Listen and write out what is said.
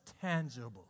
tangible